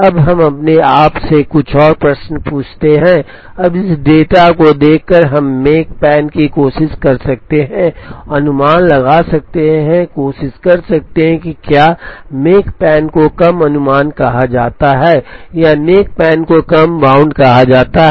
अब हम अपने आप से कुछ और प्रश्न पूछते हैं अब इस डेटा को देखकर हम मेकपैन की कोशिश कर सकते हैं और अनुमान लगा सकते हैं कोशिश कर सकते हैं कि क्या मेकपैन को कम अनुमान कहा जाता है या मेकपैन को कम बाउंड कहा जाता है